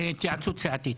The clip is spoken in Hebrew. התייעצות סיעתית.